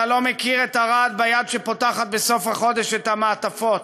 אתה לא מכיר את הרעד ביד שפותחת בסוף החודש את המעטפות